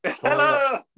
Hello